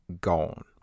gone